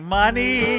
money